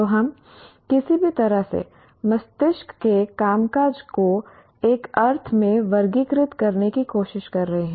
तो हम किसी भी तरह से मस्तिष्क के कामकाज को एक अर्थ में वर्गीकृत करने की कोशिश कर रहे हैं